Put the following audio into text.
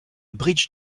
bridge